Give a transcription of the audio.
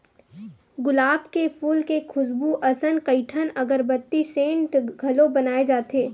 गुलाब के फूल के खुसबू असन कइठन अगरबत्ती, सेंट घलो बनाए जाथे